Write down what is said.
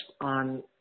on